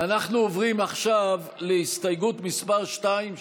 אנחנו עוברים עכשיו להסתייגות מס' 2,